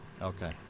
Okay